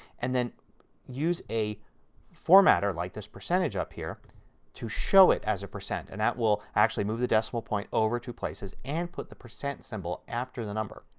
and then use a formatter like this percentage up here to show it as a percent. and that will actually move the decimal point over two places and put the percent symbol after the number.